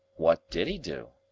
what did he do?